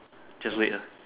just wait lah